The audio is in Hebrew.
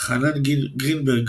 חנן גרינברג,